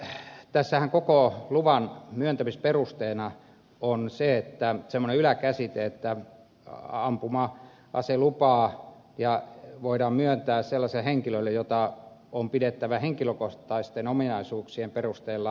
sitten tässähän koko luvan myöntämisperusteena on semmoinen yläkäsite että ampuma aselupa voidaan myöntää sellaiselle henkilölle jota on pidettävä henkilökohtaisten ominaisuuksien perusteella sopivana